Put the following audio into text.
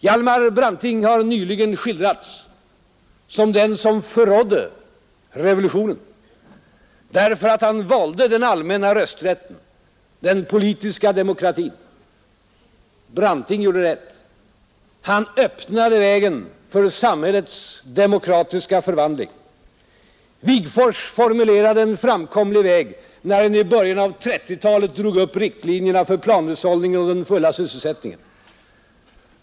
Hjalmar Branting har nyligen skildrats som den som förrådde revolutionen, därför att han valde den allmänna rösträtten, den politiska demokratin. Branting gjorde rätt. Han öppnade vägen för samhällets demokratiska förvandling. Wigforss formulerade en framkomlig väg när han i början av 1930-talet drog upp riktlinjerna för planhushållningen och den fulla sysselsättningen.